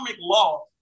law